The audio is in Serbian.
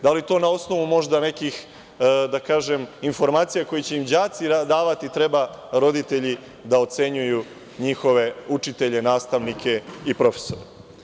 Da li je to na osnovu nekih informacija koje će im đaci davati, pa treba roditelji da ocenjuju njihove učitelje, nastavnike i profesore?